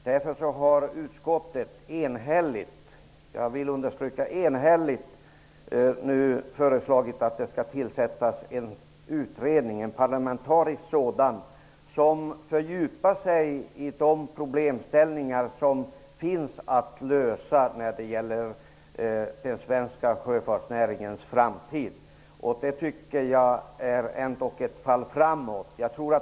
Utskottet har därför enhälligt -- jag vill understryka det -- föreslagit att det skall tillsättas en parlamentarisk utredning, som fördjupar sig i de problemställningar som måste lösas när det gäller den svenska sjöfartsnäringens framtid. Det är ändock ett fall framåt.